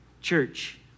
church